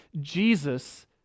Jesus